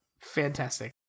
Fantastic